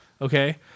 Okay